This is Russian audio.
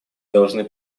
должны